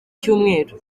cyumweru